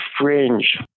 fringe